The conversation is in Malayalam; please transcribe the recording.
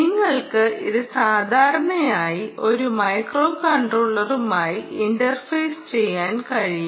നിങ്ങൾക്ക് ഇത് സാധാരണയായി ഒരു മൈക്രോകൺട്രോളറുമായി ഇന്റർഫേസ് ചെയ്യാൻ കഴിയും